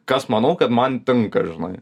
kas manau kad man tinka žinai